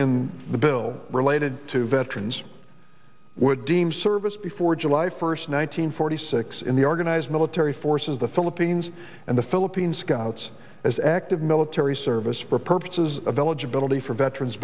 in the bill related to veterans would deem service before july first one nine hundred forty six in the organized military forces the philippines and the philippines scouts as active military service for purposes of eligibility for veteran